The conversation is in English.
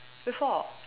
before